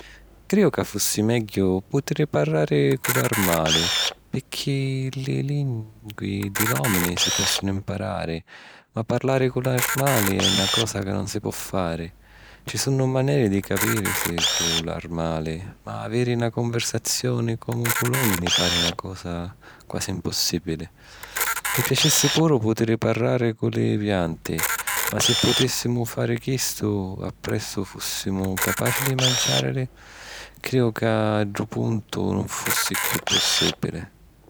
Crìju ca fussi megghiu putiri parrari cu l’armali, picchì li lingui di l'òmini si ponnu mparari, ma parlari cu l’armali è na cosa ca non si po fari. Ci sunnu maneri di capìrisi cu l’armali, ma aviri na cunversazioni comu cu l’òmini pari na cosa quasi impòssibili. Mi piacissi puru putiri parrari cu li pianti, ma si putìssimu fari chistu, appressu fùssimu capaci di manciàrili? Crìju ca a ddu puntu nun fussi chiù possìbili.